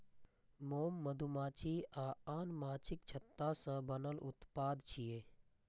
मोम मधुमाछी आ आन माछीक छत्ता सं बनल उत्पाद छियै